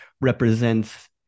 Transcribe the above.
represents